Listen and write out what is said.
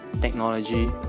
technology